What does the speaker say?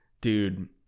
dude